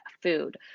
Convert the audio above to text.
food